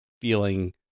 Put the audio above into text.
feeling